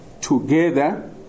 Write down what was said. together